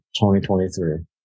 2023